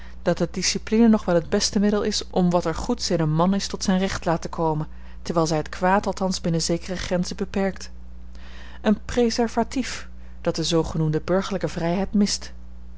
dat de discipline nog wel het beste middel is om wat er goeds in een man is tot zijn recht te laten komen terwijl zij het kwaad althans binnen zekere grenzen beperkt een preservatief dat de zoogenaamde burgerlijke vrijheid mist